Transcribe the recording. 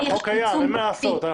אין מה לעשות.